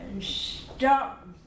Stop